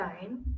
time